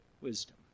wisdom